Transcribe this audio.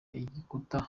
igikuta